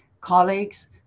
colleagues